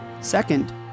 Second